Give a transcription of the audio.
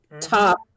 top